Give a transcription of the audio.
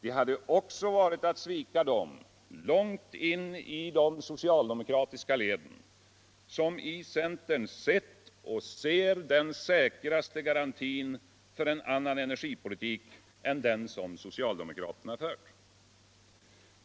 Det hade också varit att svika dem — långt in i de socialdemokratiska leden — som i centern seu och ser den säkraste garantin för en annan energipoliuk än den som socialdemokraterna fört.